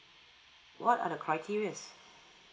what are the criterias